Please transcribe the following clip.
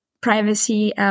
privacy